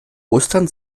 ostern